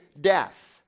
death